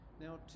Now